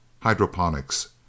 Hydroponics